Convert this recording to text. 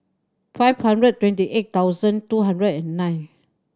five hundred twenty eight thousand two hundred and nine